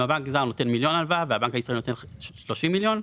אם הבנק הזר נותן מיליון הלוואה והבנק הישראלי נותן 30 מיליון,